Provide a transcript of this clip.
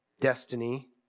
destiny